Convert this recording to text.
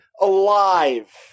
alive